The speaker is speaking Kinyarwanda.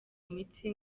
mitsi